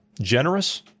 generous